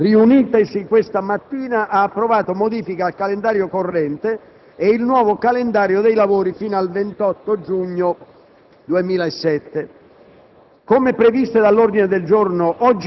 la Conferenza dei Capigruppo, riunitasi questa mattina, ha approvato modifiche al calendario corrente e il nuovo calendario dei lavori fino al 28 giugno 2007.